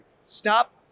stop